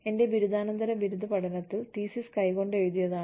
എന്റെ ബിരുദാനന്തര ബിരുദ പഠനത്തിൽ തീസിസ് കൈകൊണ്ട് എഴുതിയതാണ്